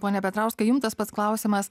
pone petrauskai jum tas pats klausimas